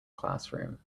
classroom